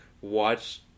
watch